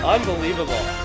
Unbelievable